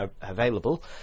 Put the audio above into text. available